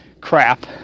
crap